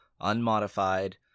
unmodified